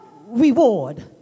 reward